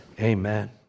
amen